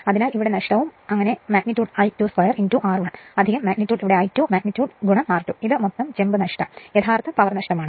അതിനാൽ ഇവിടെ നഷ്ടവും ആകെ നഷ്ടവും അങ്ങനെ മാഗ്നിറ്റ്യൂഡ് I2 2 R1 വ്യാപ്തി ഇവിടെ I2 വ്യാപ്തി R2 ഇത് മൊത്തം ചെമ്പ് നഷ്ടം യഥാർത്ഥ പവർ നഷ്ടമാണ്